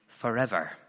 forever